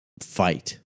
fight